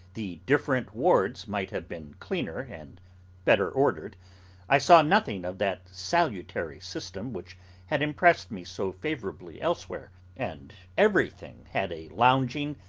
the different wards might have been cleaner and better ordered i saw nothing of that salutary system which had impressed me so favourably elsewhere and everything had a lounging,